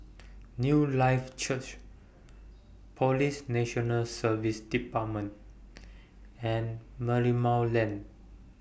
Newlife Church Police National Service department and Merlimau Lane